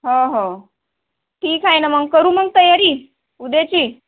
हो हो ठीक आहे ना मग करू मग तयारी उद्याची